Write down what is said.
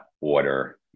order